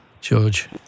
George